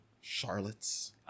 Charlotte's